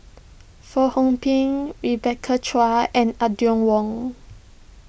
Fong Hoe Beng Rebecca Chua and Audrey Wong